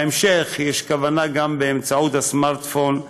בהמשך יש כוונה, גם באמצעות הסמארטפון,